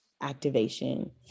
activation